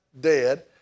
dead